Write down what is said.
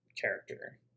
character